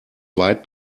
weit